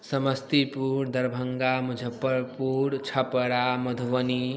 Samastipur Darbhanga Muzaffarpur Chhapra Madhubani